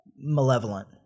malevolent